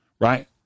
right